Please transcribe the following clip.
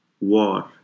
war